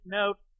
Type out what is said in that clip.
note